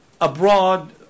abroad